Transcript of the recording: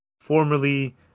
formerly